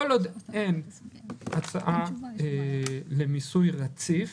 כל עוד אין הצעה למיסוי רציף